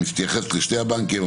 היא מתייחסת לשני הבנקים,